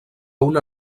una